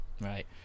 Right